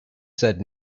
said